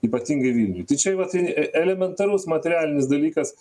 ypatingai vilniuj tai čia vat e e elementarus materialinis dalykas